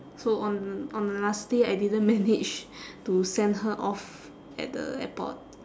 so on th~ on the last day I didn't manage to send her off at the airport